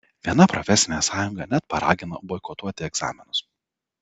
viena profesinė sąjunga net paragino boikotuoti egzaminus